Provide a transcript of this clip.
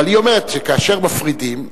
אבל היא אומרת שכאשר מפרידים,